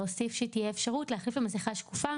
להוסיף שתהיה אפשרות להחליף למסיכה שקופה